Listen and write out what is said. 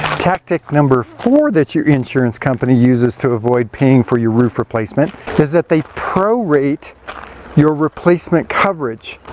tactic number four that your insurance company uses to avoid paying for your roof replacement is, that they prorate your replacement coverage.